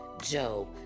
Job